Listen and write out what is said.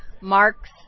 Mark's